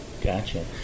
Gotcha